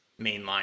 mainline